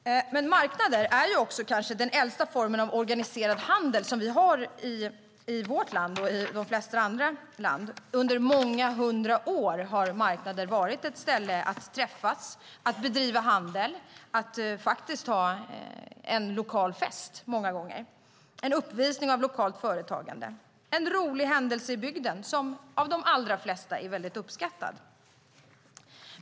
Marknader är kanske den äldsta formen av organiserad handel. Under många hundra år har marknader varit ett ställe där man träffas, bedriver handel och också många gånger har en lokal fest. Det är en uppvisning av lokalt företagande och en rolig händelse i bygden som är väldigt uppskattad av de allra flesta.